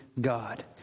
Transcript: God